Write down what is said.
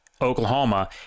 Oklahoma